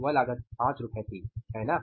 वह लागत 5 रु थी है ना